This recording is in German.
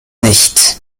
nicht